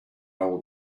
will